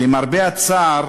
למרבה הצער